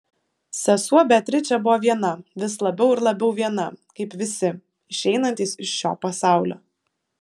sesuo beatričė buvo viena vis labiau ir labiau viena kaip visi išeinantys iš šio pasaulio